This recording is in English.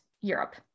Europe